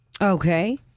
Okay